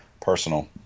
personal